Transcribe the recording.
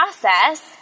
process